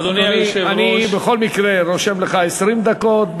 אדוני, אני בכל מקרה רושם לך 20 דקות.